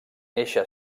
eixe